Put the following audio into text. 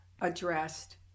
addressed